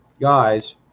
guys